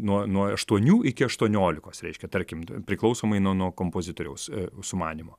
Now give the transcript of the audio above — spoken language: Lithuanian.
nuo nuo aštuonių iki aštuoniolikos reiškia tarkim priklausomai nuo nuo kompozitoriaus sumanymo